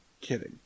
kidding